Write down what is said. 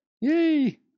Yay